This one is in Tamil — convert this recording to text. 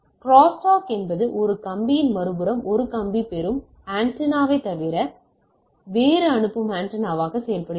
க்ரோஸ்டாக் என்பது 1 கம்பியின் மறுபுறம் 1 கம்பி பெறும் ஆன்டெனாவை தவிர வேறு அனுப்பும் ஆண்டெனாவாக செயல்படுகிறது